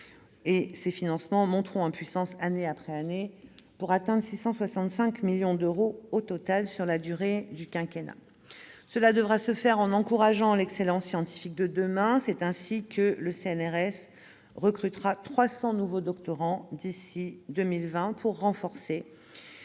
Ces financements monteront en puissance année après année pour atteindre, au total, 665 millions d'euros sur la durée du quinquennat. Ce travail devra être mené en encourageant l'excellence scientifique de demain. Ainsi, le CNRS recrutera 300 nouveaux doctorants d'ici à 2020 pour renforcer